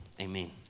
amen